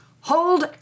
hold